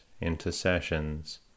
intercessions